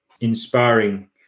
inspiring